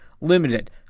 limited